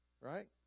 right